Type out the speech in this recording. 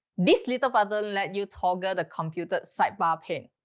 this little button let you toggle the computer sidebar pane.